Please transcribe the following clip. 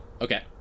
Okay